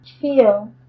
feel